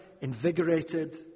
invigorated